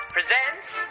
Presents